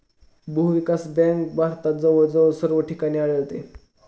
भूविकास बँक भारतात जवळजवळ सर्व ठिकाणी आढळते